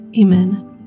Amen